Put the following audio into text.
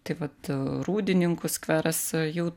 taip vat rūdininkų skveras jau